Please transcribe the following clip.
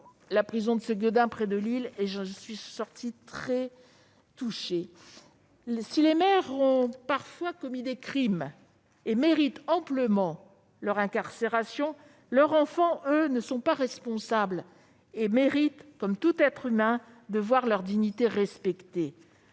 la prison de Sequedin, près de Lille, dont je suis ressortie très touchée. Si les mères ont parfois commis des crimes et méritent amplement leur incarcération, leurs enfants, eux, ne sont pas responsables et ils doivent, comme tout être humain, voir leur dignité respectée.